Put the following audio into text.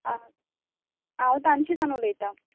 आं हांव तान्शी सावन उलयतां